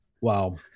Wow